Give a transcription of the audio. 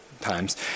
times